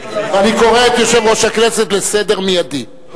ואני קורא את יושב-ראש הכנסת לסדר מיידי.